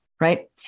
Right